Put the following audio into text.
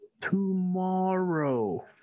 Tomorrow